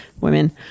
women